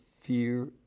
Fear